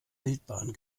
wildbahn